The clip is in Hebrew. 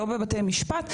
לא בבתי המשפט,